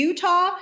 Utah